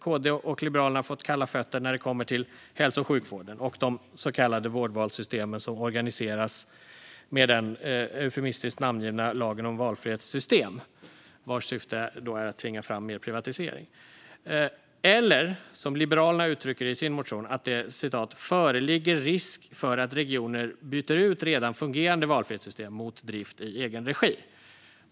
KD och Liberalerna har dock fått kalla fötter när det kommer till hälso och sjukvården och de så kallade vårdvalssystemen, som organiseras med den eufemistiskt namngivna lagen om valfrihetssystem, vars syfte är att tvinga fram mer privatisering. Liberalerna uttrycker det i sin motion som att det "föreligger risk för att regioner byter ut redan fungerande valfrihetssystem mot drift i egen regi".